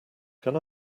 can